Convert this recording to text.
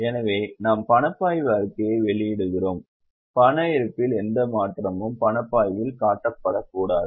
எனவே நாம் பணப்பாய்வு அறிக்கையை வெளியிடுகிறோம் பண இருப்பில் எந்த மாற்றமும் பணப்பாய்வில் காட்டப்படக்கூடாது